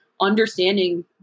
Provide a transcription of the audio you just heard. understanding